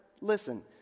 listen